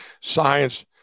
science